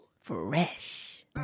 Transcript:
Fresh